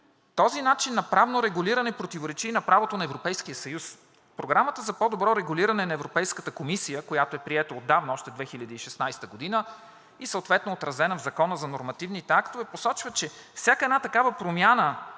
този начин на правно регулиране противоречи и на правото на Европейския съюз. Програмата за по-добро регулиране на Европейската комисия, която е приета отдавна – още 2016 г., и съответно отразена в Закона за нормативните актове, посочва, че всяка една такава промяна